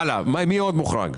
מי עוד מוחרג?